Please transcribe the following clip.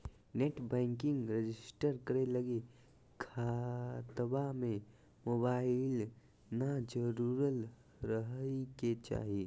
net banking register करे लगी खता में मोबाईल न जुरल रहइ के चाही